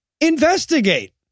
investigate